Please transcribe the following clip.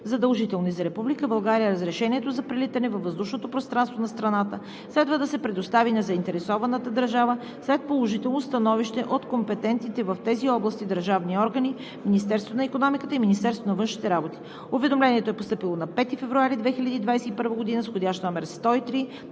задължителни за Република България, разрешението за прелитане във въздушното пространство на страната следва да се предостави на заинтересованата държава след положително становище от компетентните в тези области държавни органи – Министерството на икономиката и Министерството на външните работи. Уведомлението е постъпило на 5 февруари 2021 г. с входящ №